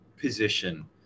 position